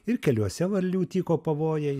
ir keliuose varlių tyko pavojai